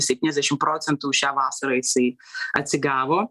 septyniasdešim procentų šią vasarą jisai atsigavo